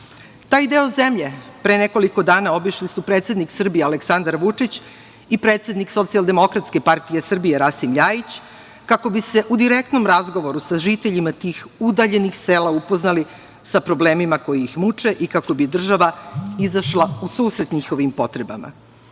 Taj deo zemlje, pre nekoliko dana, obišli su predsednik Srbije Aleksandar Vučić i predsednik SDPS Rasim Ljajić, kako bi se u direktnom razgovoru sa žiteljima tih udaljenih sela, upoznali sa problemima koji ih muče i kako bi država izašla u susret njihovim potrebama. Osnovno,